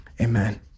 Amen